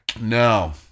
No